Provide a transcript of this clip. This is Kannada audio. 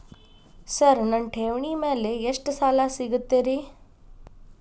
ಸರ್ ನನ್ನ ಠೇವಣಿ ಮೇಲೆ ಎಷ್ಟು ಸಾಲ ಸಿಗುತ್ತೆ ರೇ?